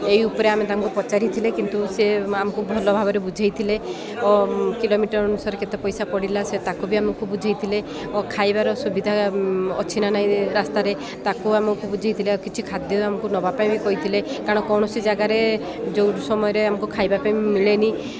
ଏଇ ଉପରେ ଆମେ ତାଙ୍କୁ ପଚାରିଥିଲେ କିନ୍ତୁ ସେ ଆମକୁ ଭଲ ଭାବରେ ବୁଝେଇଥିଲେ ଓ କିଲୋମିଟର ଅନୁସାରେ କେତେ ପଇସା ପଡ଼ିଲା ସେ ତାକୁ ବି ଆମକୁ ବୁଝେଇଥିଲେ ଓ ଖାଇବାର ସୁବିଧା ଅଛି ନା ନାଇଁ ରାସ୍ତାରେ ତାକୁ ଆମକୁ ବୁଝେଇଥିଲେ ଆଉ କିଛି ଖାଦ୍ୟ ଆମକୁ ନେବା ପାଇଁ ବି କହିଥିଲେ କାରଣ କୌଣସି ଜାଗାରେ ଯୋଉ ସମୟରେ ଆମକୁ ଖାଇବା ପାଇଁ ମିଳେନି